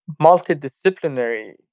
multidisciplinary